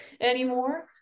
anymore